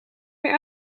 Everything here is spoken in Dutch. meer